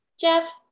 Jeff